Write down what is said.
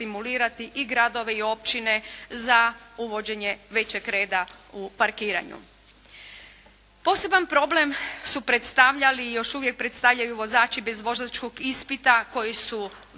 i gradove i općine za uvođenje većeg reda u parkiranju. Poseban problem su predstavljali i još uvijek predstavljaju vozači bez vozačkog ispita koji su